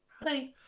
Hi